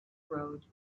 road